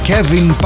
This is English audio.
Kevin